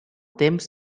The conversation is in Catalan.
temps